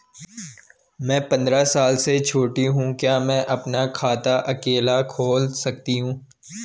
मैं पंद्रह साल से छोटी हूँ क्या मैं अपना खाता अकेला खोल सकती हूँ?